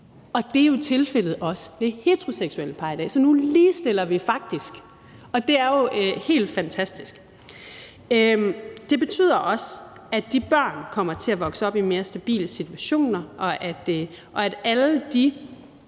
Og det er jo også tilfældet ved heteroseksuelle par i dag, så nu ligestiller vi faktisk området, og det er jo helt fantastisk. Det betyder også, at de børn kommer til at vokse op i mere stabile situationer, og at alle de